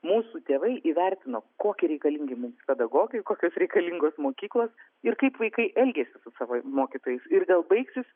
mūsų tėvai įvertino kokie reikalingi mums pedagogai kokios reikalingos mokyklos ir kaip vaikai elgiasi su savo mokytojais ir gal baigsis